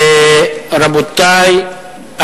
רבותי,